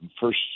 First